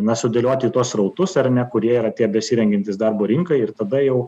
na sudėlioti į tuos srautus ar ne kurie yra tie besirengiantys darbo rinkai ir tada jau